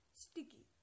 sticky